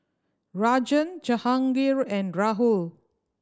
Rajan Jahangir and Rahul